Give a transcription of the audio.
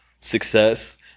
success